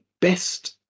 best